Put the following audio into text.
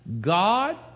God